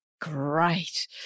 Great